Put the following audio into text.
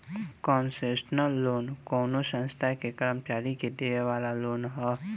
concessional loan कवनो संस्था के कर्मचारी के देवे वाला लोन ह